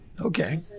okay